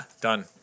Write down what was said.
Done